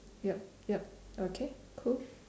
yup yup okay cool